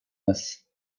this